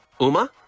Uma